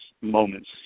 moments